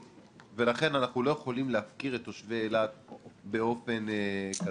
ולכן אנחנו לא יכולים להפקיר את תושבי אילת באופן כזה.